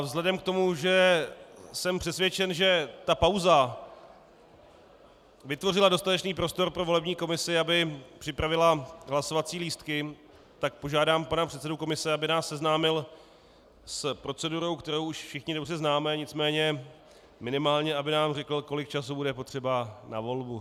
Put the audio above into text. Vzhledem k tomu, že jsem přesvědčen, že pauza vytvořila dostatečný prostor pro volební komisi, aby připravila hlasovací lístky, požádám pana předsedu komise, aby nás seznámil s procedurou, kterou už všichni dobře známe, nicméně minimálně aby nám řekl, kolik času bude potřeba na volbu.